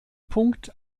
punkt